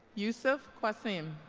yousef qassim